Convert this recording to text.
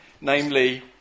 namely